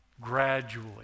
gradually